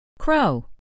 Crow